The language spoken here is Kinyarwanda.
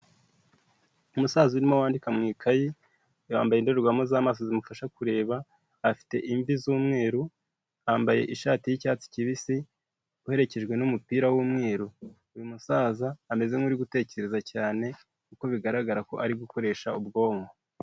Umusaza urimo wandika mu ikayi, yambaye indorerwamo z'amaso zimufasha kureba, afite imvi z'umweru, yambaye ishati y'icyatsi kibisi, uherekejwe n'umupira w'umweru. Uyu musaza ameze nk'uri gutekereza cyane kuko bigaragara ko ari gukoresha ubwonko.